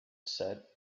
said